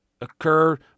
occur